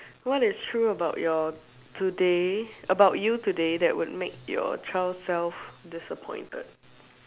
what is true about your today about you today that would make your child self disappointed